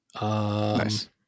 Nice